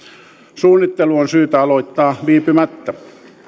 suunnittelu on syytä aloittaa viipymättä